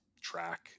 track